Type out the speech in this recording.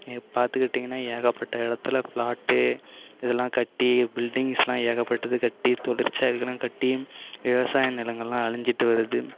பார்த்துக்கிட்டிங்கன்னா ஏகப்பட்ட இடத்தில் ஃபிளாட்டு இதெல்லாம் கட்டி பில்டிங்கெஸ்ல்லாம் ஏகப்பட்டது கட்டி தொழிற்சாலைங்களும் கட்டி விவசாய நிலங்கள் எல்லாம் அழிஞ்சுகிட்டு வருது